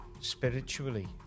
spiritually